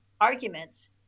arguments